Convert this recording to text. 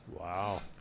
Wow